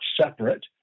separate